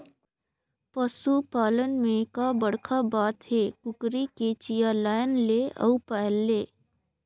पसू पालन में का बड़खा बात हे, कुकरी के चिया लायन ले अउ पायल ले